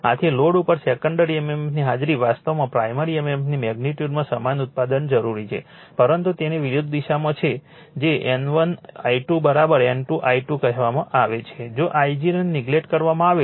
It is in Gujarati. આથી લોડ ઉપર સેકન્ડરી mmf ની હાજરી વાસ્તવમાં પ્રાઇમરી mmf ની મેગ્નિટ્યુડમાં સમાન ઉત્પાદન જરૂરી છે પરંતુ તેની વિરુદ્ધ દિશામાં જે N1 I2 N2 I2 કહેવામાં આવે છે જો I0 ને નેગ્લેક્ટ કરવામાં આવે તો તે I2 I1 છે